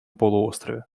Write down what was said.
полуострове